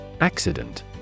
Accident